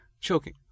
Choking